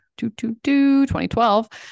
2012